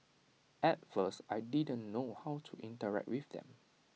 at first I didn't know how to interact with them